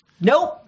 nope